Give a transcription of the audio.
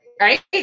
Right